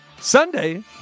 Sunday